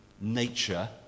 nature